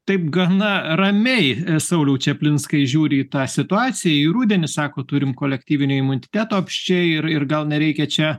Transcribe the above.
taip gana ramiai sauliau čaplinskai žiūri į tą situaciją į rudenį sako turim kolektyvinio imuniteto apsčiai ir ir gal nereikia čia